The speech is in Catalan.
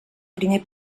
primer